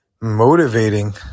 motivating